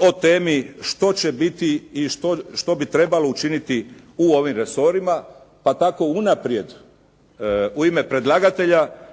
o temi što će biti i što bi trebalo učiniti u ovim resorima, pa tako unaprijed u ime predlagatelja